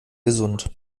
gesund